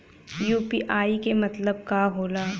UPI के मतलब का होला?